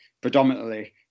predominantly